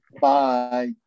Bye